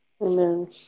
Amen